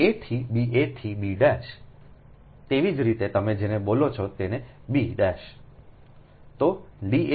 A થી b a થી b તેવી જ રીતે તમે જેને બોલો છો તેને b